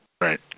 Right